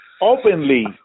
openly